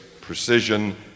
precision